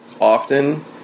often